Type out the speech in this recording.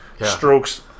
strokes